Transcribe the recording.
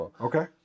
Okay